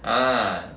ah